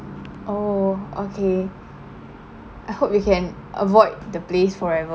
oh okay I hope you can avoid the place forever